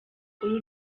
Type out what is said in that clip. uru